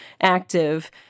active